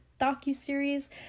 docu-series